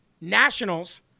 nationals